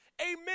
amen